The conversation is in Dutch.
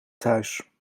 thuis